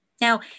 Now